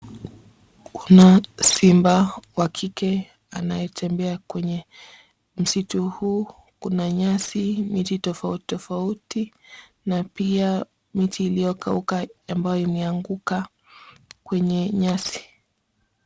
Kuna simba wa kike anayetembea kwenye msitu huu. Kuna nyasi, miti tofauti tofauti na pia miti iliyokauka ambayo imeanguka kwenye nyasi.